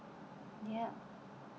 yup